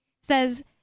Says